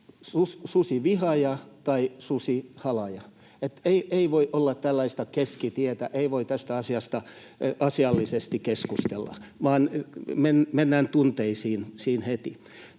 susivihaaja tai susihalaaja, ei voi olla tällaista keskitietä. Tästä asiasta ei voi asiallisesti keskustella, vaan siinä mennään heti